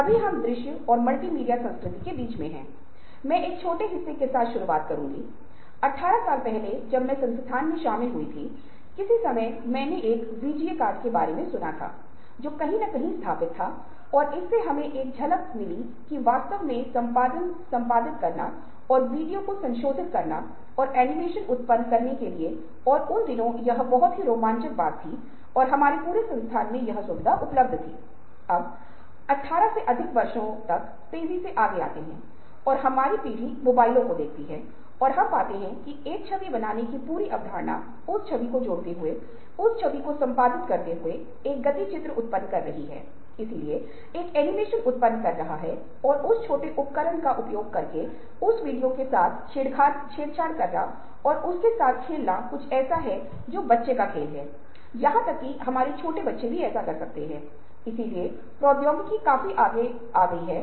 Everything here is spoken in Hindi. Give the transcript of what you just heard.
स्मृति को रटने की तुलना में यदि प्रश्न पूछा जाए तो इसमें कम समय लगता है लेकिन जब प्रश्न को एक गहन विचार से पूछा जाता है तो इसमें समय लगता है इसलिए रॉटमेमोरी कार्यों की तुलना में गहन सोच कार्यों में अधिक समय लगता है